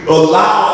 allow